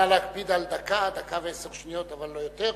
נא להקפיד על דקה, דקה ועשר שניות, אבל לא יותר.